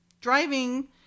driving